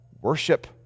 Worship